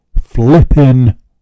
flipping